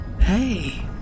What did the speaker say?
Hey